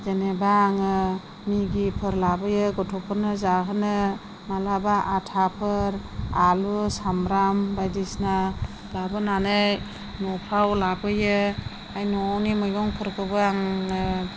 जेनेबा आङो मिगिफोर लाबोयो गथ'फोरनो जाहोनो मालाबा आथाफोर आलु सामब्राम बायदिसिना लाबोनानै न'फ्राव लाबोयो ओमफ्राय न'आवनि मैगंफोरखौबो आङो